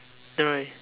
don't worry